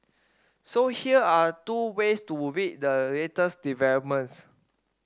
so here are two ways to read the latest developments